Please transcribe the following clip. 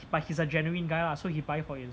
but he's a genuine guy lah so he buy for his